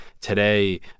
Today